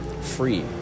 free